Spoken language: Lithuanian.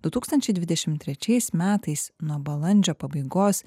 du tūkstančiai dvidešim trečiais metais nuo balandžio pabaigos